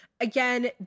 Again